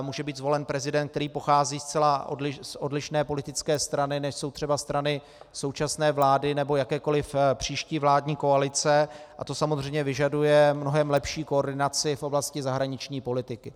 Může být zvolen prezident, který pochází zcela z odlišné politické strany, než jsou třeba strany současné vlády nebo jakékoliv příští vládní koalice, a to samozřejmě vyžaduje mnohem lepší koordinaci v oblasti zahraniční politiky.